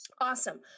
Awesome